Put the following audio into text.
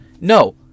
No